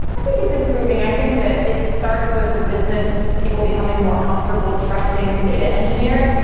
i think it's improving. i think that it starts with the business, people becoming more comfortable trusting the data engineer.